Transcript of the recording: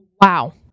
Wow